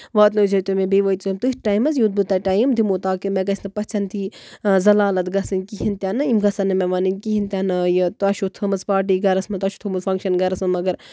واتنٲزیو تُہۍ مےٚ بیٚیہِ وٲتزیو تُہۍ ٹایمَس یُتھ بہٕ تۄہہِ ٹایم دِمو تاکہِ مےٚ گژھِ نہٕ پَژھین تھی زَلالت گژھٕنۍ کِہینۍ تہِ نہٕ یِم گژھن نہٕ مےٚ وَننٕنۍ کِہیںۍ تہِ نہٕ یہِ تۄہہِ چھُو تھٲومٕژ پاٹی گرَس منٛز تۄہہِ چھُو تھوٚومُت فَنکشَن گرَس منٛز مَگر